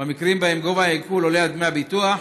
במקרים שבהם גובה העיקול עולה על דמי הביטוח,